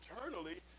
eternally